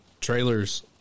trailers